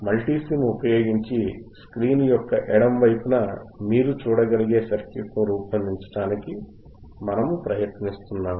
Multisim ఉపయోగించి screen యొక్క ఎడమ వైపున మీరు చూడగలిగే సర్క్యూట్ను రూపొందించడానికి మనము ప్రయత్నిస్తున్నాము